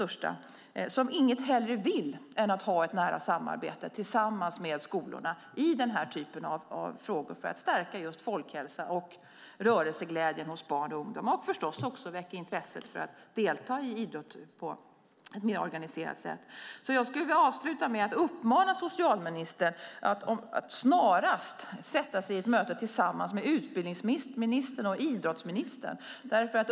Föreningarna vill inget hellre än att ha ett nära samarbete med skolorna i denna typ av frågor för att stärka just folkhälsa och rörelseglädje hos barn och ungdomar. Det handlar förstås också om att väcka intresset för att delta i idrott på ett mer organiserat sätt. Jag vill uppmana socialministern att snarast sätta sig i ett möte tillsammans med utbildningsministern och idrottsministern.